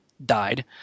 died